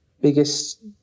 biggest